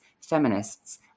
feminists